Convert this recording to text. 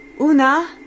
Una